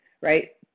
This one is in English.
right